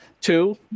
Two